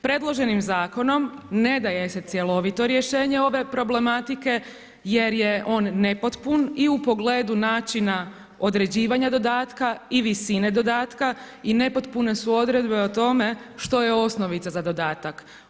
Predloženim zakonom ne daje se cjelovito rješenje ove problematike jer je on nepotpun i u pogledu načina određivanja dodatka i visine dodatka i nepotpune su odredbe o tome što je osnovica za dodatak.